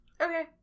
Okay